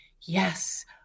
Yes